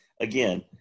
again